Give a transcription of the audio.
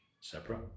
separate